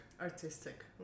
Artistic